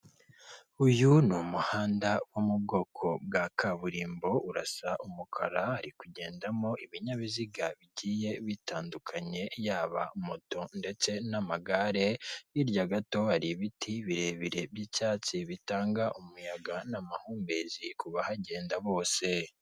Uyu ni umuhanda wo mu bwoko bwa kaburimbo urasa umukara, uri kugendamo ibinyabiziga bigiye bitandukanye, yaba moto ndetse n'amagare, hirya gato hari ibiti birebire by'icyatsi bitanga umuyaga n'amahumbezi ku bahagenda bose.